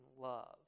love